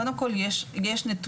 קודם כל יש נתונים,